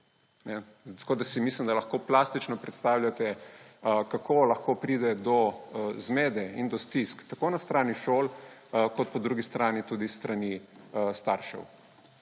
navodila. Mislim, da si lahko plastično predstavljate, kako lahko pride do zmede in do stisk tako na strani šol kot na drugi strani staršev.